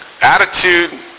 Attitude